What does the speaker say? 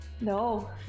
No